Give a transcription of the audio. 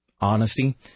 honesty